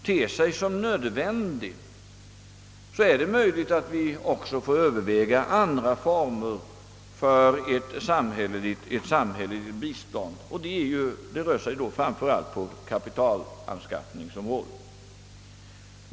Men det är möjligt att vi då också måste överväga andra former för ett samhälleligt bistånd, framför allt på kapitalanskaffningsområdet.